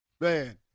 Man